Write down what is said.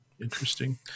Interesting